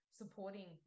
supporting